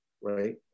right